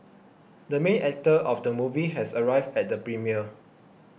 the main actor of the movie has arrived at the premiere